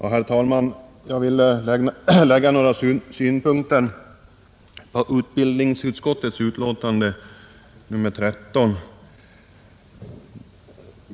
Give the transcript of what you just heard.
Herr talman! Jag vill anlägga några synpunkter på utbildningsutskottets betänkande nr 13.